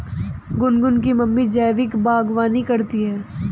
गुनगुन की मम्मी जैविक बागवानी करती है